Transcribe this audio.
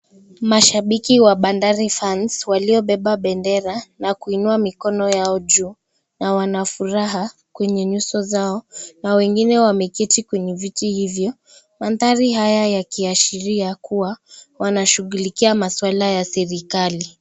Mashabiki wa Bandari fans walio beba bendera na kuinua mikono yao juu na wana furaha kwenye nyuso zao na wengine wameketi kwenye viti hivyo mandhari haya yaki ashiria kuwa wanashughulikia maswala ya serikali.